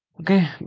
okay